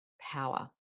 power